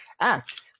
act